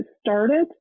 started